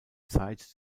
zeit